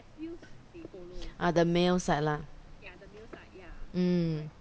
ah the male side lah mm